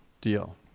deal